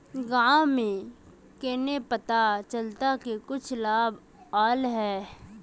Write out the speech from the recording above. गाँव में केना पता चलता की कुछ लाभ आल है?